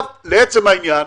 לעצם העניין,